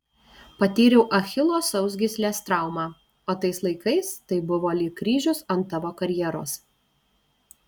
patyriau achilo sausgyslės traumą o tais laikais tai buvo lyg kryžius ant tavo karjeros